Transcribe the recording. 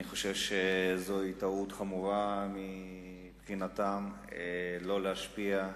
אני חושב שזוהי טעות חמורה מבחינתכם לא להשפיע.